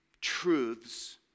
truths